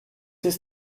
ist